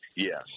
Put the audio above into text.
Yes